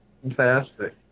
fantastic